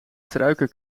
struiken